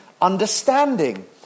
understanding